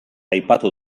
aipatu